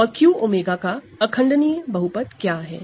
और 𝜔 over Q का irreducible polynomial क्या है